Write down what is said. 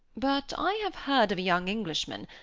but i have heard of a young englishman,